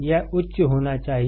यह उच्च होना चाहिए